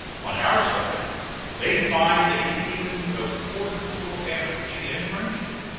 on our side they find a feeling of cordial amity and friendship,